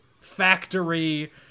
factory